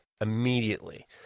immediately